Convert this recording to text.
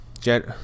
Jet